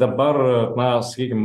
dabar na sakykim